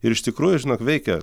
ir iš tikrųjų žinok veikia